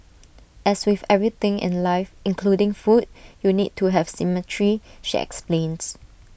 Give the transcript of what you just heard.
as with everything in life including food you need to have symmetry she explains